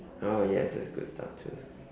oh yes that's good stuff too